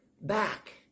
back